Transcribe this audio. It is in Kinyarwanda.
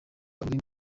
ururimi